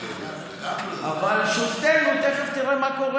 אז איך אתה יודע?